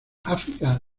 áfrica